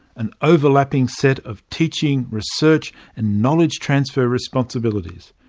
an overlapping set of teaching, research and knowledge transfer responsibilities.